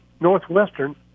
Northwestern